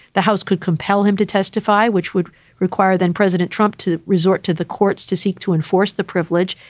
the house could compel him to testify, which would require then president trump to resort to the courts, to seek to enforce the privilege.